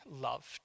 loved